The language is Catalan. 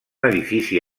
edifici